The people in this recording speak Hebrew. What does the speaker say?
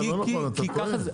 לא נכון, אתה טועה.